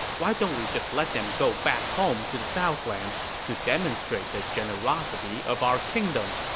why don't we just let them go back home to the southlands to demonstrate the generosity of our kingdom?